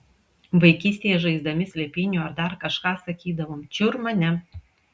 vaikystėje žaisdami slėpynių ar dar kažką sakydavom čiur mane